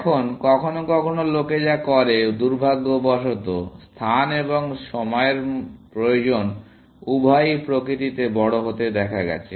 এখন কখনও কখনও লোকে যা করে দুর্ভাগ্যবশত স্থান এবং সময়ের প্রয়োজন উভয়ই প্রকৃতিতে বড় হতে দেখা গেছে